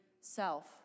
self